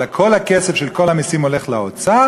אלא כל הכסף של כל המסים הולך לאוצר